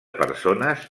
persones